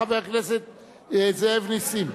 חבר הכנסת זאב נסים?